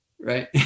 right